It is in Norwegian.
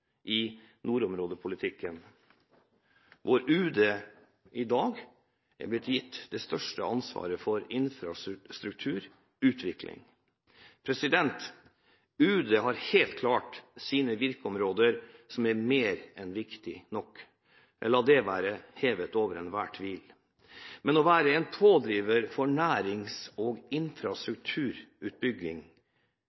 i nordområdepolitikken, hvor Utenriksdepartementet i dag er blitt gitt det største ansvaret for infrastruktur og utvikling. UD har helt klart sine virkeområder som er mer enn viktige nok – la det være hevet over enhver tvil. Men når det gjelder det å være en pådriver for nærings- og